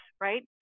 right